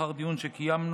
לאחר דיון שקיימנו,